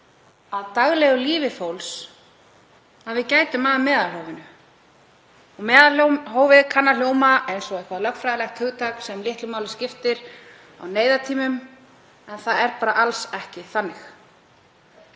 af daglegu lífi fólks, að við gætum að meðalhófinu. Meðalhófið kann að hljóma eins og eitthvert lögfræðilegt hugtak sem litlu máli skiptir á neyðartímum, en það er bara alls ekki þannig.